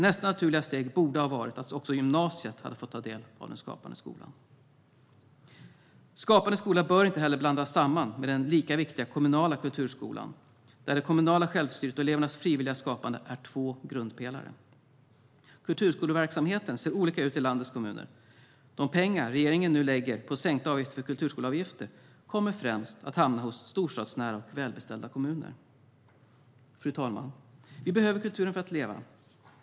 Nästa naturliga steg borde ha varit att också gymnasiet hade fått ta del av Skapande skola. Skapande skola bör inte heller blandas samman med den lika viktiga kommunala kulturskolan, där det kommunala självstyret och elevens frivilliga skapande är två grundpelare. Kulturskoleverksamheten ser olika ut i landets kommuner. De pengar som regeringen nu lägger på sänkta kulturskoleavgifter kommer främst att hamna hos storstadsnära och välbeställda kommuner. Fru talman! Vi behöver kulturen för att leva.